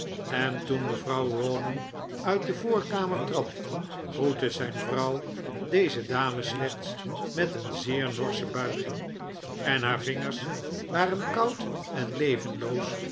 en toen mevrouw rawdon uit de voorkamer trad groette zijn vrouw deze dame slechts met een zeer norsche buiging en haar vingers waren koud en levenloos